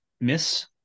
Miss